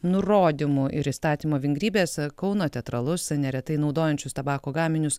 nurodymu ir įstatymų vingrybės kauno teatralus neretai naudojančius tabako gaminius